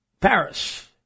Paris